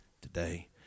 today